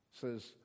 says